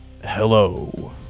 Hello